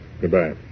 Goodbye